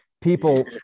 people